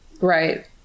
Right